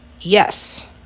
Yes